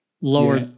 lower